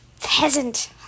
peasant